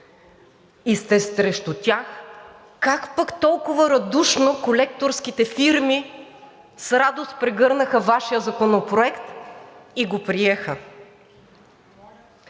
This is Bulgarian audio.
и сте срещу тях, как пък толкова радушно колекторските фирми с радост прегърнаха Вашия законопроект и го приеха?!